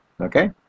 okay